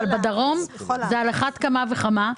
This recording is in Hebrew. אבל בדרום זה על אחת כמה וכמה.